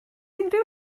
unrhyw